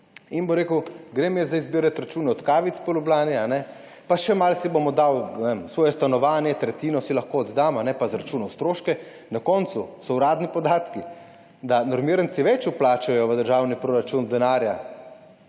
žepu. Grem jaz zdaj zbirati račune od kavic po Ljubljani, pa še malo si bom oddal svoje stanovanje, tretjino si lahko oddam pa zračunal stroške.« Na koncu so uradni podatki, da normiranci več denarja vplačajo v državni proračun po